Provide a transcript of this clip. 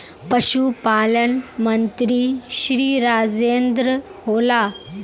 पशुपालन मंत्री श्री राजेन्द्र होला?